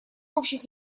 общих